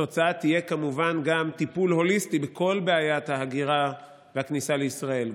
התוצאה תהיה כמובן גם טיפול הוליסטי בכל בעיית ההגירה והכניסה לישראל,